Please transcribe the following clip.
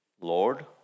Lord